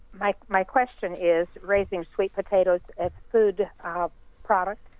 my my question is raising sweet potatoes as food product.